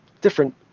different